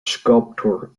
sculptor